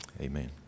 amen